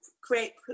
create